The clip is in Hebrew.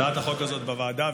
תודה,